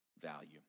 value